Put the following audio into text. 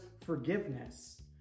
forgiveness